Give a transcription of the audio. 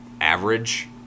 average